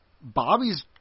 Bobby's